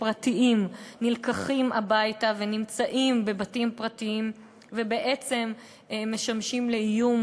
פרטיים נלקחים הביתה ונמצאים בבתים פרטיים ובעצם משמשים לאיום,